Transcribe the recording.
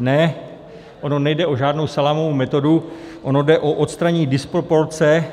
Ne, ono nejde o žádnou salámovou metodu, ono jde o odstranění disproporce